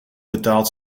betaald